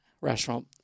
restaurant